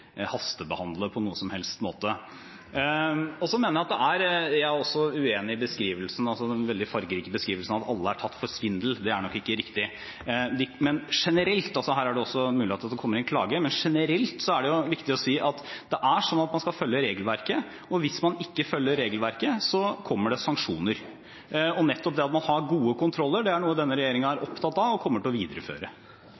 som helst måte. Jeg er også uenig i den veldig fargerike beskrivelsen av at alle er tatt for svindel. Det er nok ikke riktig. Her er det også mulig at det kommer inn klager. Men generelt er det viktig å si at det er sånn at man skal følge regelverket, og hvis man ikke følger regelverket, kommer det sanksjoner. Nettopp det at man har gode kontroller, er noe denne regjeringen er